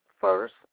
first